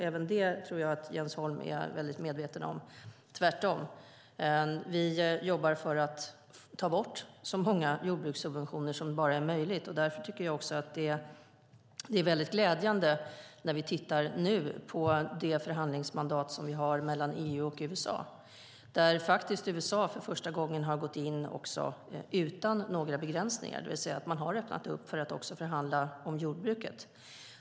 Även det tror jag att Jens Holm är väldigt medveten om. Vi jobbar tvärtom för att ta bort så många jordbrukssubventioner som det bara är möjligt. Därför är det väldigt glädjande när vi nu tittar på det förhandlingsmandat som vi har mellan EU och USA. Där har USA för första gången gått in utan några begränsningar. Man har öppnat för att också förhandla om jordbruket.